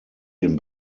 den